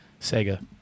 sega